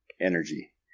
energy